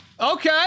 Okay